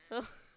so